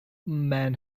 men